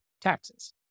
taxes